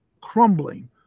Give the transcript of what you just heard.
crumbling